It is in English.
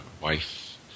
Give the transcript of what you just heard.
wife